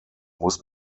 muss